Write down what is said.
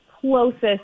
closest